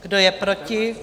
Kdo je proti?